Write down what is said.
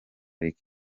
rick